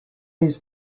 his